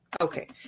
Okay